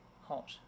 hot